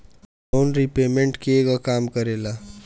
Loan repayment केगा काम करेला?